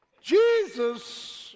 Jesus